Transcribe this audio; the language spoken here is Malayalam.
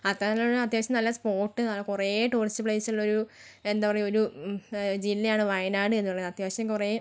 അത്ര നല്ലവണ്ണം അത്യാവശ്യം നല്ല സ്പോട്ട് കുറേ ടൂറിസ്റ്റ് പ്ലേസ് ഉള്ളൊരു എന്താണ് പറയുക ഒരു ജില്ലയാണ് വയനാട് എന്നുള്ളത് അത്യാവശ്യം കുറേ